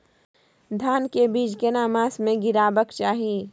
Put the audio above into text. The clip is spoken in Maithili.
धान के बीज केना मास में गीराबक चाही?